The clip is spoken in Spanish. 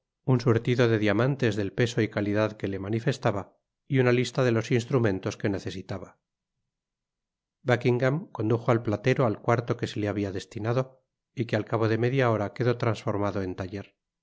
un surtido de diamantes del peso y calidad que le manifestaba y uña lista de los instrumentos que necesitaba buckingam condujo al platero al cuarto que se le habia destinado y que al cabo de media hora quedó trasformado en taller